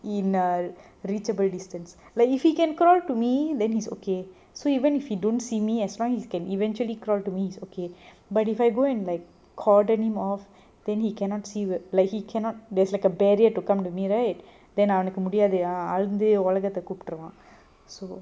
in a reachable distance like if he can crawl to me then he's okay so even if you don't see me as long as he can eventually crawl to me it's okay but if I go and like cordon him off then he cannot see will like he cannot there's like a barrier to come to me right then அவனுக்கு முடியாதயா அழுது வந்து ஒலகத கூப்புடுருவான்:avanuku mudiyathaya aluthu vanthu olakatha kooputuruvan so